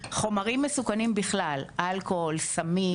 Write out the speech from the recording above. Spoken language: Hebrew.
חומרים מסוכנים בכלל, אלכוהול, סמים.